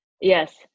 Yes